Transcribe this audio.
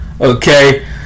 Okay